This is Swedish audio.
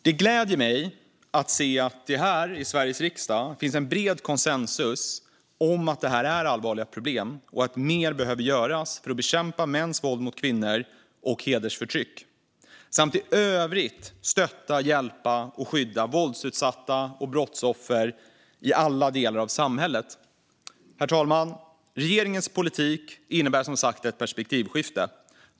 Det gläder mig att se att det i Sveriges riksdag finns en bred konsensus om att det här utgör allvarliga problem och att mer behöver göras för att bekämpa mäns våld mot kvinnor och hedersförtryck, samt i övrigt stötta, hjälpa och skydda våldsutsatta och brottsoffer i alla delar av samhället. Herr talman! Regeringens politik innebär som sagt ett perspektivskifte.